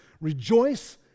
rejoice